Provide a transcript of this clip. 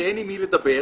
שאין עם מי לדבר.